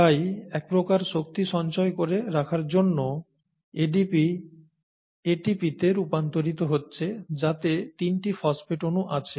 তাই এক প্রকার শক্তি সঞ্চয় করে রাখার জন্য ADP ATP তে রূপান্তরিত হচ্ছে যাতে তিনটি ফসফেট অনু আছে